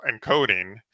encoding